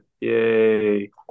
Yay